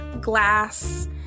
glass